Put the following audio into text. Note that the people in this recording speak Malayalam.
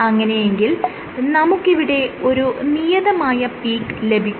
അങ്ങനെയെങ്കിൽ നമുക്കിവിടെ ഒരു നിയതമായ പീക്ക് ലഭിക്കും